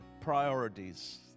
priorities